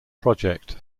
project